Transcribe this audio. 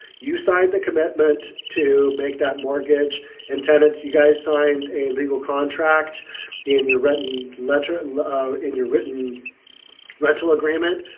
you signed the commitment to make that mortgage and tenants you guys signed a legal contract in your written letter and in your written rental agreement.